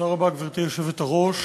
גברתי היושבת-ראש,